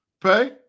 Pay